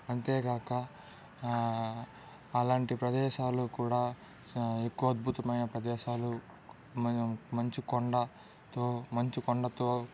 అంతేకాక అలాంటి ప్రదేశాలు కూడా ఎక్కువ అద్భుతమైన ప్రదేశాలు మంచు కొండ తో మంచు కొండతో